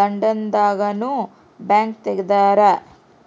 London ದಾಗ ನು bank ತೆಗ್ದಾರ